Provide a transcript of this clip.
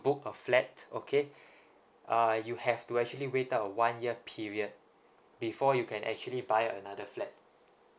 book a flat okay uh you have to actually wait up of one year period before you can actually buy another flat